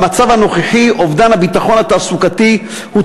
במצב הנוכחי אובדן הביטחון התעסוקתי הוא